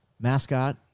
mascot